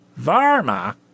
Varma